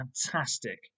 fantastic